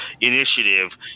initiative –